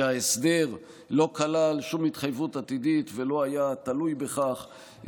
שההסדר לא כלל שום התחייבות עתידית ולא היה תלוי בכך,